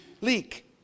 leak